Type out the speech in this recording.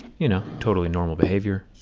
you know, totally normal behavior.